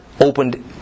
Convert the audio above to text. opened